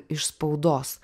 iš spaudos